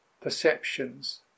perceptions